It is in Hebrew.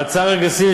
ההצעה רגרסיבית,